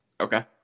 Okay